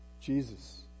Jesus